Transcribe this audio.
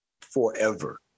Forever